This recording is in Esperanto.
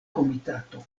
komitato